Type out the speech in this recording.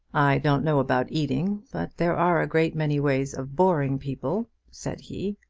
i don't know about eating, but there are a great many ways of boring people, said he.